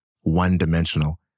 one-dimensional